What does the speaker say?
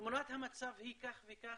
תמונת המצב היא כך וכך,